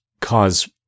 cause